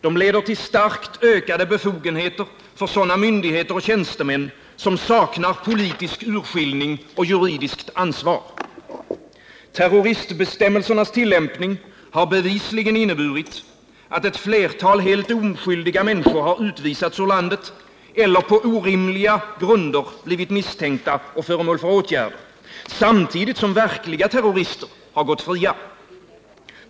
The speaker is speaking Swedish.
De leder till starkt ökade befogenheter för sådana myndigheter och tjänstemän som saknar politisk urskiljning eller juridiskt ansvar. Terroristbestämmelsernas tillämpning har bevisligen inneburit, att ett flertal helt oskyldiga människor utvisats ur landet eller på orimliga grunder blivit misstänkta och föremål för åtgärder — samtidigt som verkliga terrorister går fria.